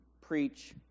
preach